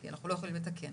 כי אנחנו לא יכולים לתקן.